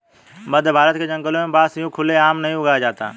मध्यभारत के जंगलों में बांस यूं खुले आम नहीं उगाया जाता